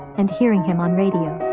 and hearing him on radio.